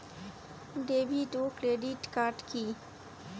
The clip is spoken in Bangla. ডেভিড ও ক্রেডিট কার্ড কি?